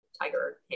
tiger